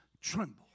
tremble